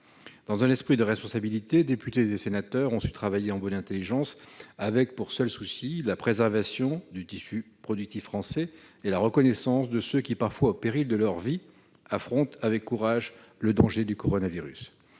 Dans un esprit de responsabilité, députés et sénateurs ont su travailler en bonne intelligence, avec pour seul souci la préservation du tissu productif français et la reconnaissance de ceux qui, parfois au péril de leur vie, affrontent avec courage le danger du coronavirus.